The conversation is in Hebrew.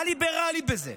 מה ליברלי בזה?